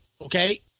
Okay